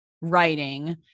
writing